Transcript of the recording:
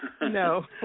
no